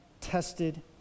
tested